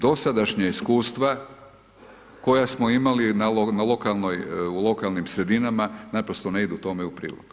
Dosadašnja iskustva koja smo imali u lokalnim sredinama, naprosto ne idu tome u prilog.